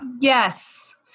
Yes